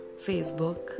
Facebook